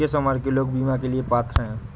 किस उम्र के लोग बीमा के लिए पात्र हैं?